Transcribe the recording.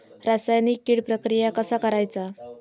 रासायनिक कीड प्रक्रिया कसा करायचा?